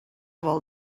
vol